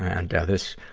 and, ah, this,